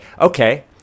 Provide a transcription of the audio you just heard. Okay